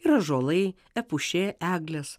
ir ąžuolai epušė eglės